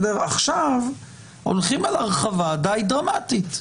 עכשיו הולכים על הרחבה די דרמטית.